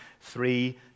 three